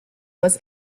was